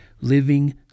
living